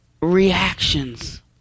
reactions